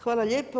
Hvala lijepo.